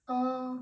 err